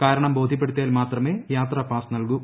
കാരണം ബോധ്യപ്പെടുത്തിയാൽ മാത്രമ്യെ യാത്ര പാസ് നൽകൂ